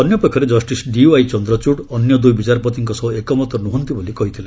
ଅନ୍ୟପକ୍ଷରେ justice D Y Chandrachud ଅନ୍ୟ ଦୁଇ ବିଚାରପତିଙ୍କ ସହ ଏକମତ ନୁହନ୍ତି ବୋଲି କହିଥିଲେ